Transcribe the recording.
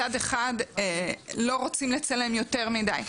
מצד אחד, לא רוצים לצלם יותר מדי.